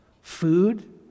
Food